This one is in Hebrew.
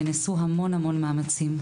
ונעשו המון מאמצים,